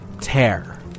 tear